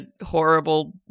horrible